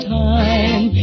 time